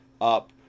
up